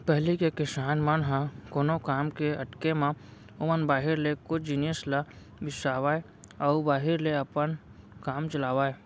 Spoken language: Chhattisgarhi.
पहिली के किसान मन ह कोनो काम के अटके म ओमन बाहिर ले कुछ जिनिस ल बिसावय अउ बाहिर ले अपन काम चलावयँ